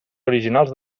originals